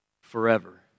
forever